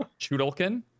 Chudolkin